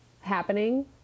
happening